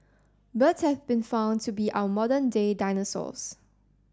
birds have been found to be our modern day dinosaurs